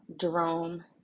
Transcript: Jerome